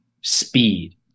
speed